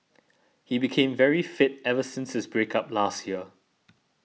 he became very fit ever since his break up last year